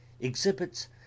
exhibits